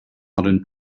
modern